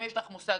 האם יש לו מושג